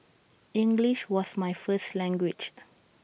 English was my first language